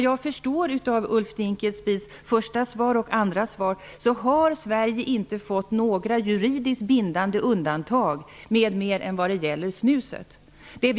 Jag förstår av Ulf Dinkelspiels både första och andra svar att Sverige inte har fått några juridiskt bindande undantag för mer än snuset.